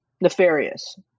nefarious